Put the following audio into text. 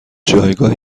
جایگاه